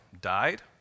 died